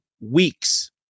weeks